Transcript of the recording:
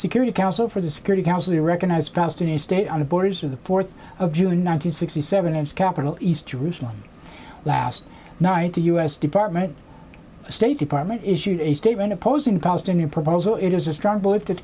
security council for the security council to recognize palestinian state on the borders of the fourth of june nineteenth sixty seven and capital east jerusalem last night the u s department of state department issued a statement opposing palestinian proposal it is a strong b